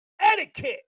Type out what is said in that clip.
etiquette